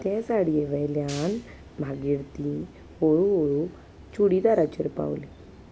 ते साडये वयल्यान माागेर तीं हळू हळू चुडीदाराचेर पावलीं